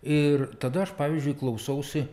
ir tada aš pavyzdžiui klausausi